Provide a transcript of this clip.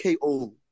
KO